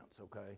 okay